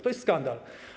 To jest skandal.